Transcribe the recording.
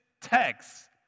text